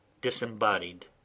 disembodied